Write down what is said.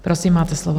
Prosím, máte slovo.